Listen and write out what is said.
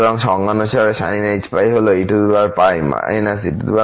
সুতরাং সংজ্ঞা অনুসারে sinh π হল eπ−e−π 2